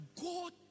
God